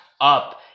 up